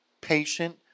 patient